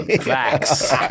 Facts